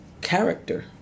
character